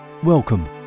Welcome